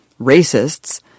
racists